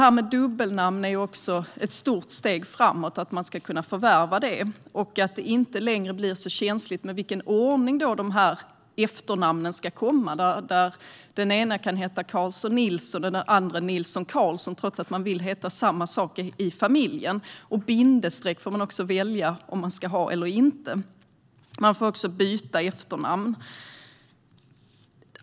Det är också ett stort steg framåt att man ska kunna förvärva ett dubbelnamn och att det inte längre blir så känsligt i fråga om i vilken ordning dessa efternamn ska komma. Den ena kan heta Karlsson Nilsson och den andra Nilsson Karlsson, trots att de vill heta samma sak i familjen. Man får också välja om man ska ha bindestreck eller inte. Man får också byta efternamn.